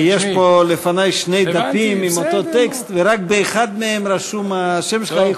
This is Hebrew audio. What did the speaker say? כי יש לפני שני דפים עם אותו טקסט ורק באחד מהם רשום השם שלך.